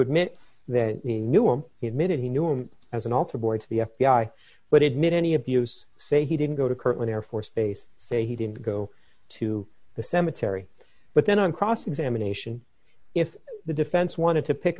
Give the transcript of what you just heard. admit that you knew him he admitted he knew him as an altar boy to the f b i but it made any abuse say he didn't go to court on air force base say he didn't go to the cemetery but then on cross examination if the defense wanted to pick